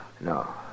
No